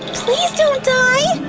please don't die!